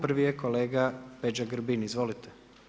Prvi je kolega Peđa Grbin, izvolite.